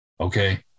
Okay